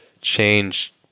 change